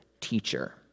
teacher